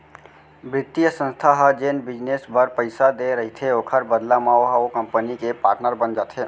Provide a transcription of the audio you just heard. बित्तीय संस्था ह जेन बिजनेस बर पइसा देय रहिथे ओखर बदला म ओहा ओ कंपनी के पाटनर बन जाथे